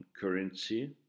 currency